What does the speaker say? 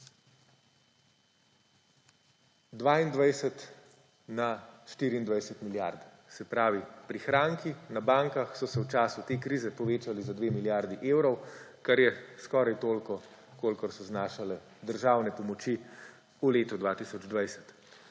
22 na 24 milijard. Se pravi, prihranki na bankah so se v času te krize povečali za 2 milijardi evrov, kar je skoraj toliko, kolikor so znašale države pomoči v letu 2020.